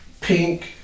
pink